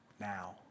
now